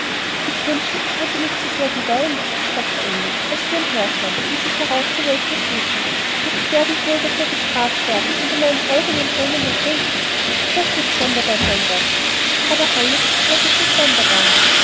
ich wünschte ich hätte nicht so sehr geweint sagte alice als sie umherschwamm und sich herauszuhelfen suchte jetzt werde ich wohl dafür bestraft werden und in meinen eigenen thränen ertrinken das wird sonderbar sein das aber alles ist heut so sonderbar